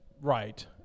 right